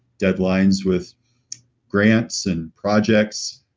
deadlines with grants and projects,